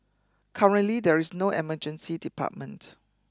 currently there is no emergency department